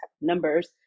numbers